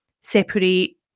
separate